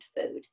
food